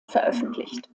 veröffentlicht